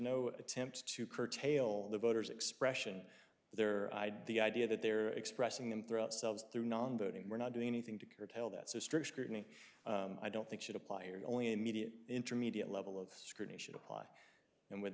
no attempt to curtail the voter's expression there i'd the idea that they're expressing them throughout selves through non voting we're not doing anything to curtail that so strict scrutiny i don't think should apply or only immediate intermediate level of scrutiny should apply and with